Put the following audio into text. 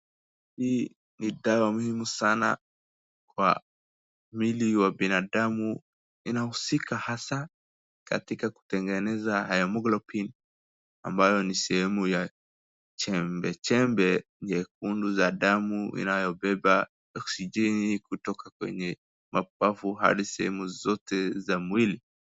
Hii ni dawa muhimu sana kwa mwili wa binadamu. Inahusika hasa katika kutengeneza haemoglobin ambayo ni sehemu ya chembe chembe nyekundu za damu inayobeba oxygen kutoka kwenye mapafu hadi sehemu zote za mwili.